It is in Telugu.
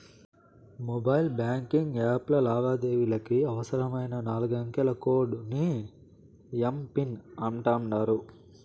మొబైల్ బాంకింగ్ యాప్ల లావాదేవీలకి అవసరమైన నాలుగంకెల కోడ్ ని ఎమ్.పిన్ అంటాండారు